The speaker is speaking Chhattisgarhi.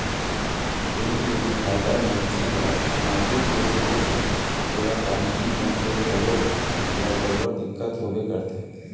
बेंक ले डिफाल्टर मनसे ल समाजिक के संगे संग ओला कानूनी ढंग ले घलोक ओला बरोबर दिक्कत होबे करथे